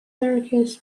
circus